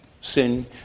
Sin